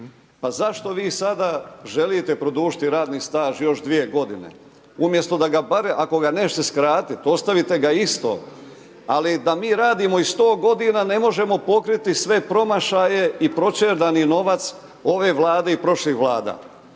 pa zašto vi sada želite produžiti radni staž još 2 g. umjesto da ga bar ako ga neće skratiti, ostavite ga isto ali da mi radimo i 100 g. ne možemo pokriti sve promašaje i proćerdani novac ove Vlade i prošlih Vlada.